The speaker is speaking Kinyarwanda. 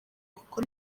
kuko